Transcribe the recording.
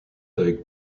avec